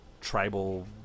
tribal